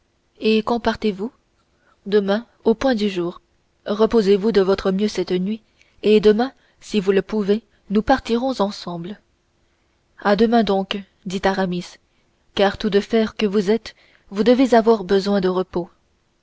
et quand partez-vous demain au point du jour reposez-vous de votre mieux cette nuit et demain si vous le pouvez nous partirons ensemble à demain donc dit aramis car tout de fer que vous êtes vous devez avoir besoin de repos